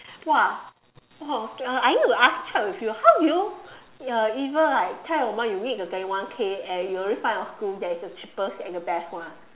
!wah! oh I need to ask you check with you how do you uh ever right tell your mind which you need to get one K and you already find a school that is the cheapest and the best one